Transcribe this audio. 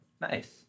Nice